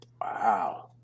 wow